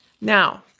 Now